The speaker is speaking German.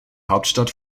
hauptstadt